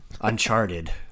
Uncharted